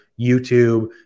YouTube